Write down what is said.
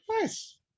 nice